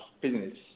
business